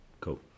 Cool